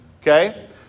Okay